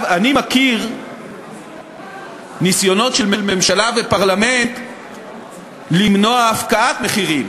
אני מכיר ניסיונות של ממשלה ופרלמנט למנוע הפקעת מחירים,